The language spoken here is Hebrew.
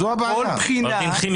עורך דין חימי,